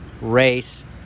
race